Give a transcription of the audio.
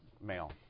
male